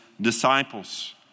disciples